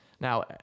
now